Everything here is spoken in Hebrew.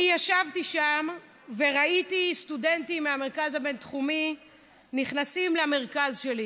אני ישבתי שם וראיתי סטודנטים מהמרכז הבין-תחומי נכנסים למרכז שלי,